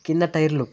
కింద టైర్లు